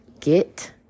get